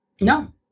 No